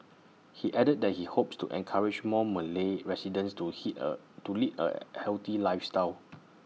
he added that he hopes to encourage more Malay residents to he A to lead A healthy lifestyle